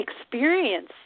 experience